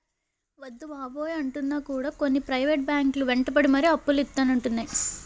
వద్దు బాబోయ్ అంటున్నా కూడా కొన్ని ప్రైవేట్ బ్యాంకు లు వెంటపడి మరీ అప్పులు ఇత్తానంటున్నాయి